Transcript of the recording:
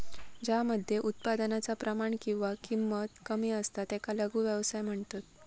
ज्या मध्ये उत्पादनाचा प्रमाण किंवा किंमत कमी असता त्याका लघु व्यवसाय म्हणतत